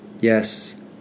Yes